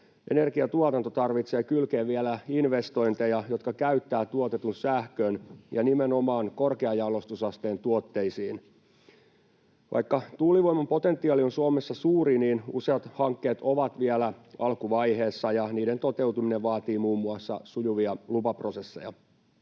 Energiatuotanto tarvitsee kylkeen vielä investointeja, jotka käyttävät tuotetun sähkön nimenomaan korkean jalostusasteen tuotteisiin. Vaikka tuulivoiman potentiaali on Suomessa suuri, niin useat hankkeet ovat vielä alkuvaiheessa ja niiden toteutuminen vaatii muun muassa sujuvia lupaprosesseja.